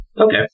Okay